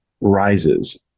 rises